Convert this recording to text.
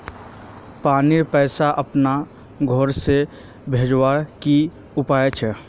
पानीर पैसा अपना घोर से भेजवार की उपाय छे?